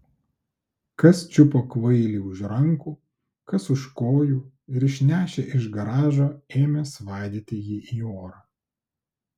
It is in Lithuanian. kas čiupo kvailį už rankų kas už kojų ir išnešę iš garažo ėmė svaidyti jį į orą